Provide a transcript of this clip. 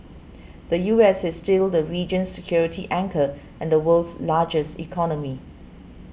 the U S is still the region's security anchor and the world's largest economy